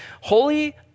Holy